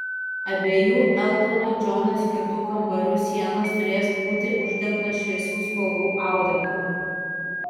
abiejų eltonui džonui skirtų kambarių sienos turės būti uždengtos šviesių spalvų audeklu